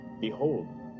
behold